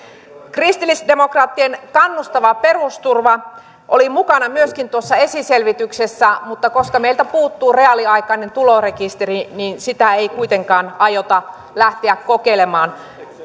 kristillisdemokraattien vaihtoehto kannustava perusturva oli mukana tuossa esiselvityksessä mutta koska meiltä puuttuu reaaliaikainen tulorekisteri sitä ei kuitenkaan aiota lähteä kokeilemaan